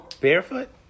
Barefoot